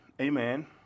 Amen